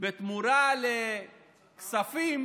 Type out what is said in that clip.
בתמורה לכספים